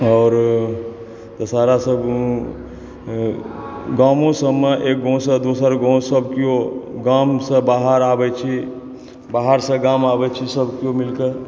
आओर दसहरा सब कोनो गामो सबमे एक गाँव सॅं दोसर गाँव सब केओ गाम सॅं बाहर आबै छी बाहर सॅं गाम आबै छी सब केओ मिलके